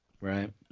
Right